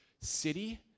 city